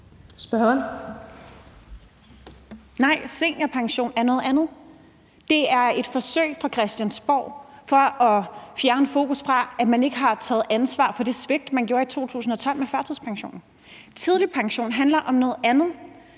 Nej, seniorpension er noget andet. Det er et forsøg fra Christiansborg for at fjerne fokus fra, at man ikke har taget ansvar for det svigt, man lavede i 2012 med førtidspensionen. Tidlig pension handler om noget andet.